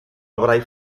avrai